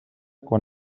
quan